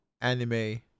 anime